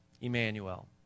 Emmanuel